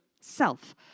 self